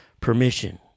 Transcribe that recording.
permission